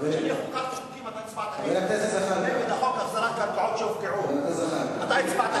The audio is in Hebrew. חבר הכנסת זחאלקה, אני מבקש שתעשו את זה בשקט.